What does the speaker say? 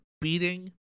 beating